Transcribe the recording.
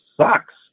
sucks